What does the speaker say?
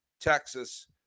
Texas